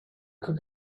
could